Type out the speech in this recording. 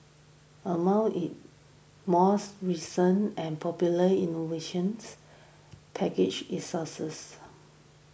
among it recent and popular innovations packaged its sauces